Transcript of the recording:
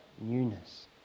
newness